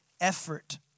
effort